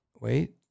wait